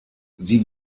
sie